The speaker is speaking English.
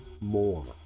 more